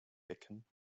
becken